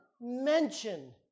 mention